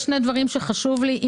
יש שני דברים שחשוב לי לומר,